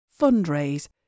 Fundraise